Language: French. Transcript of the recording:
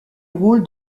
rôle